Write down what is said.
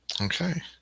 Okay